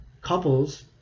couples